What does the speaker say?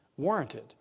warranted